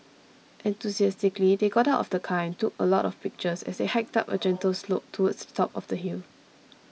enthusiastically they got out of the car and took a lot of pictures as they hiked up a gentle slope towards the top of the hill